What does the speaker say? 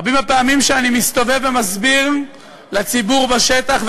רבות הפעמים שאני מסתובב ומסביר לציבור בשטח,